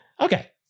Okay